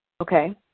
Okay